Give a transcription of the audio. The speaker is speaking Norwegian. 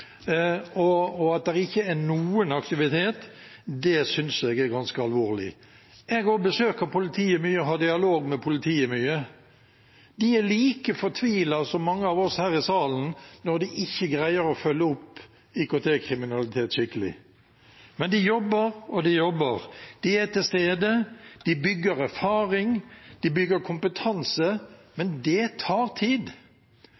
og at det ikke er noen aktivitet, synes jeg er ganske alvorlig. Jeg også besøker politiet mye og har mye dialog med politiet. De er like fortvilet som mange av oss her i salen når de ikke greier å følge opp IKT-kriminalitet skikkelig. Men de jobber og de jobber. De er til stede, de bygger erfaring, de bygger kompetanse,